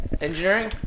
Engineering